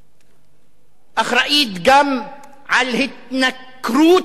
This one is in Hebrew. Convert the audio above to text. אחראית גם להתנכרות והתנכלות